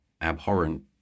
abhorrent